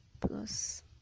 plus